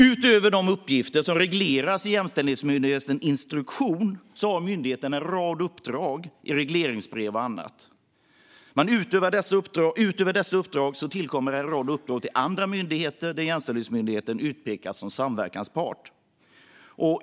Utöver de uppgifter som regleras i Jämställdhetsmyndighetens instruktion har myndigheten en rad uppdrag i regleringsbrev och annat. Men utöver dessa uppdrag tillkommer en rad uppdrag till andra myndigheter där Jämställdhetsmyndigheten utpekas som samverkanspart.